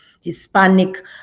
Hispanic